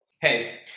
hey